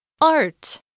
Art